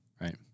right